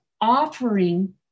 offering